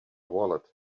wallet